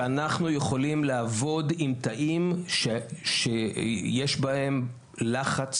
שאנחנו יכולים לעבוד עם תאים שיש בהם לחץ